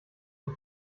und